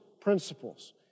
principles